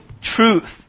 truth